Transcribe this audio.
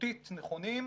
נראותית נכונים,